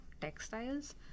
textiles